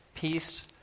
peace